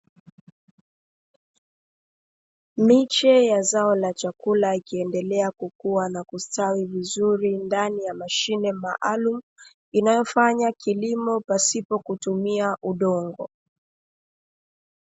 Miche ya zao la chakula ikiendelea kukua na kustawi vizuri ndani ya mashine maalumu, inayofanya kilimo pasipo kutumia udongo.